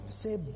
say